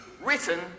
Written